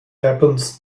happens